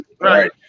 Right